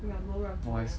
rumble rumble